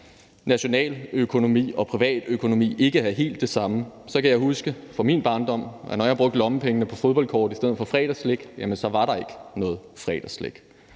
nationaløkonomi og privatøkonomi ikke er helt det samme, kan jeg huske fra min barndom, at når jeg brugte lommepengene på fodboldkort i stedet for fredagsslik, så var der ikke noget fredagsslik.